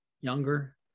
younger